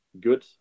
good